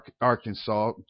Arkansas